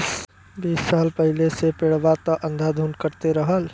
बीस साल पहिले से पेड़वा त अंधाधुन कटते रहल